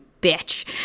bitch